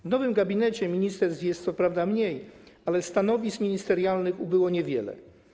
W nowym gabinecie ministerstw jest co prawda mniej, ale stanowisk ministerialnych ubyło niewiele.